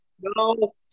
no